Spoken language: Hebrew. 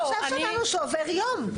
מירב, עכשיו שמענו שעובר יום.